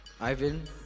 Ivan